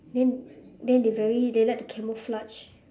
then then they very they like to camouflage